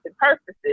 purposes